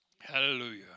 Hallelujah